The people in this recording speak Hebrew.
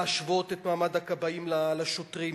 להשוות את מעמד הכבאים לשוטרים,